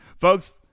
folks